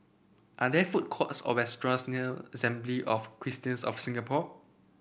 are there food courts or restaurants near Assembly of Christians of Singapore